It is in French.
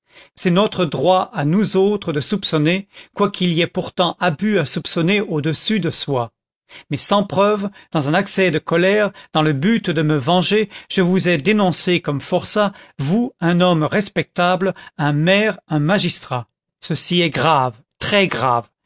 c'est notre droit à nous autres de soupçonner quoiqu'il y ait pourtant abus à soupçonner au-dessus de soi mais sans preuves dans un accès de colère dans le but de me venger je vous ai dénoncé comme forçat vous un homme respectable un maire un magistrat ceci est grave très grave